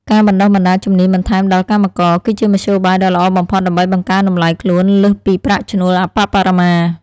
ការបណ្តុះបណ្តាលជំនាញបន្ថែមដល់កម្មករ គឺជាមធ្យោបាយដ៏ល្អបំផុតដើម្បីបង្កើនតម្លៃខ្លួនលើសពីប្រាក់ឈ្នួលអប្បបរមា។